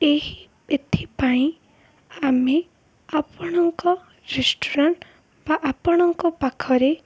ଏହି ଏଥିପାଇଁ ଆମେ ଆପଣଙ୍କ ରେଷ୍ଟୁରାଣ୍ଟ୍ ବା ଆପଣଙ୍କ ପାଖରେ